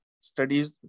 studies